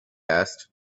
asked